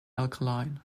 alkaline